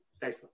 Thanks